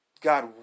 God